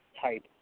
type